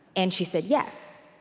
and she said yes.